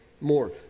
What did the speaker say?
more